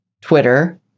Twitter